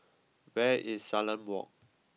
where is Salam Walk